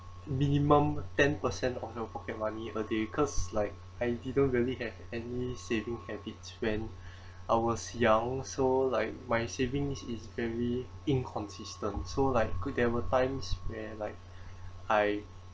minimum ten percent of your pocket money a day cause like I didn't really have any savings habits when I was young so like my savings is very inconsistent so like could there were times when like I